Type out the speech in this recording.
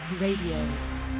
Radio